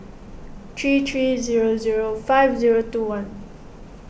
three three zero zero five zero two one